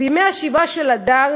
בימי השבעה של הדר